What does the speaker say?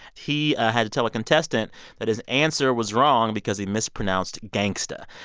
he had to tell a contestant that his answer was wrong because he mispronounced gangsta.